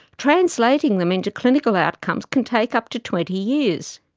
translating them into clinical outcomes can take up to twenty years.